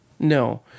No